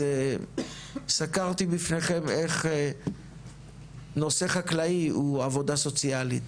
אז סקרתי בפניכם איך נושא חקלאי הוא עבודה סוציאלית,